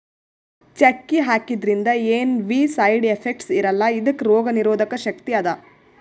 ಚಕ್ಕಿ ಹಾಕಿದ್ರಿಂದ ಏನ್ ಬೀ ಸೈಡ್ ಎಫೆಕ್ಟ್ಸ್ ಇರಲ್ಲಾ ಇದಕ್ಕ್ ರೋಗ್ ನಿರೋಧಕ್ ಶಕ್ತಿ ಅದಾ